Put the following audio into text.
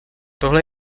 tohle